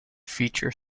feature